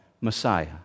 Messiah